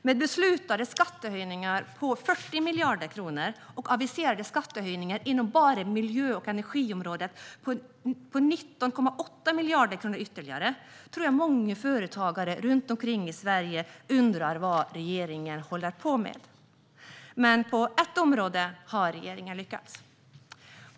Med beslutade skattehöjningar på 40 miljarder kronor och aviserade skattehöjningar inom bara miljö och energiområdet på 19,8 miljarder kronor ytterligare tror jag att många företagare runt omkring i Sverige undrar vad regeringen håller på med. Men på ett område har regeringen lyckats.